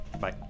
Bye